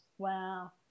Wow